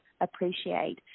appreciate